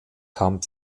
kam